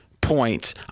points